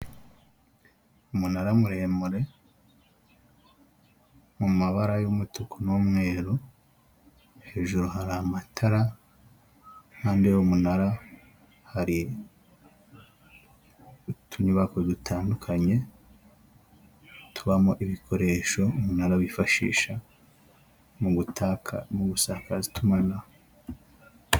Umunara muremure, mu mabara y'umutuku n'umweru, hejuru hari amatara, iruhande h'umunara hari utunyubako dutandukanye, tubamo ibikoresho umunara wifashisha mu gusakaza itumanaho.